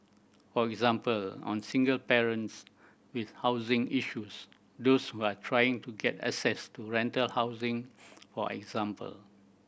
for example on single parents with housing issues those who are trying to get access to rental housing for example